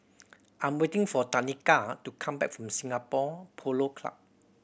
I'm waiting for Tanika to come back from Singapore Polo Club